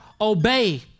obey